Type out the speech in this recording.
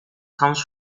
comes